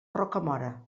rocamora